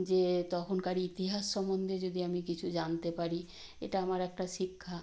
যে তখনকার ইতিহাস সমন্ধে যদি আমি কিছু জানতে পারি এটা আমার একটা শিক্ষা